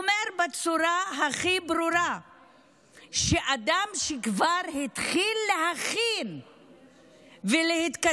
אומר בצורה הכי ברורה שאדם שכבר התחיל להכין ולהתקדם